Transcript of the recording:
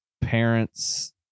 Parents